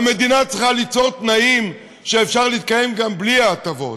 והמדינה צריכה ליצור תנאים שיאפשרו להתקיים גם בלי ההטבות.